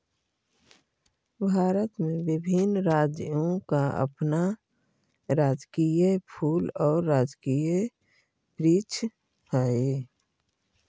भारत में विभिन्न राज्यों का अपना राजकीय फूल और राजकीय वृक्ष हई